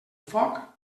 foc